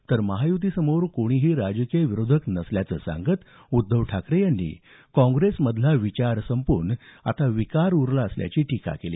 तर महायुतीसमोर कोणीही राजकीय विरोधक नसल्याचं सांगत उद्धव ठाकरे यांनी काँग्रेसमधला विचार संपून आता विकार उरला असल्याची टीका केली